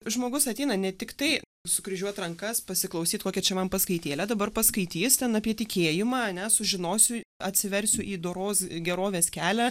žmogus ateina ne tiktai sukryžiuot rankas pasiklausyt kokią čia man paskaitėlę dabar paskaitys ten apie tikėjimą ane sužinosiu atsiversiu į doros gerovės kelią